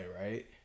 right